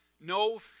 no